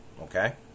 okay